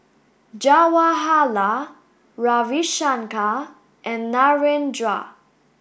Jawaharlal Ravi Shankar and Narendra